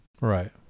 Right